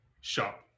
shop